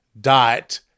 dot